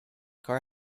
car